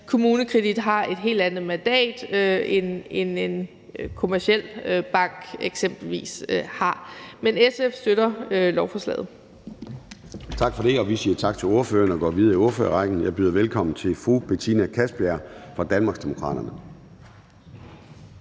selvfølgelig har et helt andet mandat, end en kommerciel bank eksempelvis har. Men SF støtter lovforslaget. Kl. 14:25 Formanden (Søren Gade): Tak for det. Vi siger tak til ordføreren og går videre i ordførerrækken. Jeg byder velkommen til fru Betina Kastbjerg fra Danmarksdemokraterne.